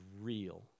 real